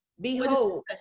Behold